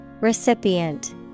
Recipient